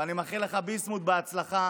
ואני מאחל לך, ביסמוט, בהצלחה.